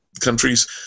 countries